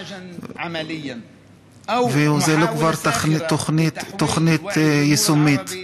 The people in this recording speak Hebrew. והוא כבר לא תוכנית יישומית,